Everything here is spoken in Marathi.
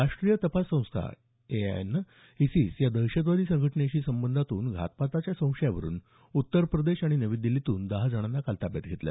राष्ट्रीय तपास संस्था एनआयएनं इसीस या दहशतवादी संघटनेशी संबंधांतून घातपाताच्या संशयावरून उत्तरप्रदेश आणि नवी दिल्लीतून दहा जणांना काल ताब्यात घेतलं